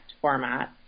format